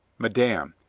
madame,